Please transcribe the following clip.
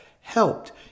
helped